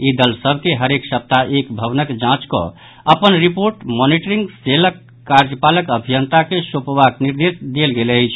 ई दल सभ के हरेक सप्ताह एक भवनक जांच कऽ अपन रिपोर्ट मॉनिटरिंग सेलक कार्यपालक अभियंता के सौंपबाक निर्देश देल गेल अछि